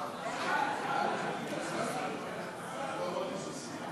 סיכומיה והצעותיה של הוועדה לענייני ביקורת המדינה לדוחות מבקר המדינה